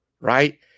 right